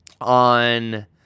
on